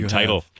title